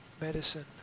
medicine